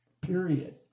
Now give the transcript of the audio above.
period